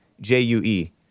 J-U-E